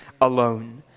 alone